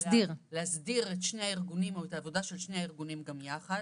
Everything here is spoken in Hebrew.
להסדיר איכשהו את העבודה של שני הארגונים גם יחד.